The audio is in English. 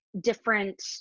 different